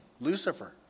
Lucifer